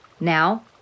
Now